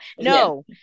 no